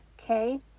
okay